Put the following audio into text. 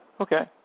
Okay